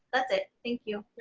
that's it. thank you.